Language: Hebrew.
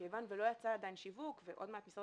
מכיוון ולא יצא עדיין שיווק ועוד מעט משרד